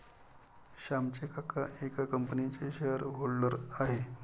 श्यामचे काका एका कंपनीचे शेअर होल्डर आहेत